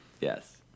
yes